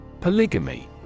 Polygamy